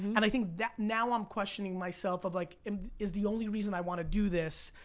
and i think that now i'm questioning myself of like is the only reason i wanna do this,